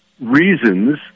reasons